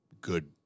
good